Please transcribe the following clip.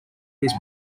his